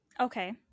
okay